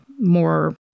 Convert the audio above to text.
more